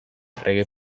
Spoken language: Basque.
errege